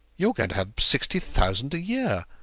you're going to have sixty thousand a year,